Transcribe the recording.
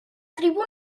tribuna